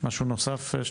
משהו נוסף?